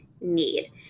need